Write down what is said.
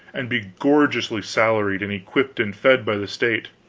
and be gorgeously salaried and equipped and fed by the state.